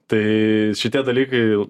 tai šitie dalykai